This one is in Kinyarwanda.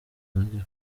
uzajya